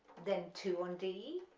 then two on d,